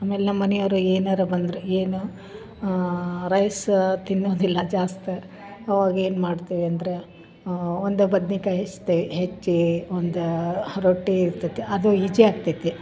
ಆಮೇಲೆ ನಮ್ಮನಿಯವರು ಏನಾರ ಬಂದರೆ ಏನು ರೈಸ್ ತಿನ್ನೋದಿಲ್ಲ ಜಾಸ್ತಿ ಆವಾಗ ಏನು ಮಾಡ್ತೀವಿ ಅಂದ್ರೆ ಒಂದು ಬದ್ನಿಕಾಯಿ ಹಚ್ತೆ ಹೆಚ್ಚಿ ಒಂದು ರೊಟ್ಟಿ ಇರ್ತೈತಿ ಅದು ಈಜಿ ಆಗ್ತೈತೆ